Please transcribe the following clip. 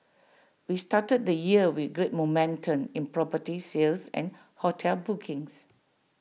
we started the year with great momentum in property sales and hotel bookings